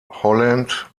holland